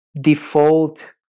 default